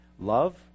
love